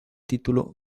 título